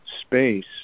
space